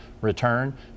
return